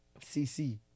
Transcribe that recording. CC